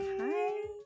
Hi